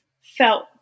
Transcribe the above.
felt